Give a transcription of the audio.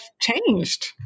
changed